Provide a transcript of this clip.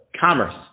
commerce